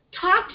Talk